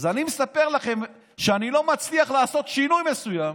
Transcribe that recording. אז אני מספר לכם שאני לא מצליח לעשות שינוי מסוים,